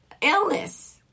Illness